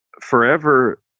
forever